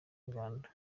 uganda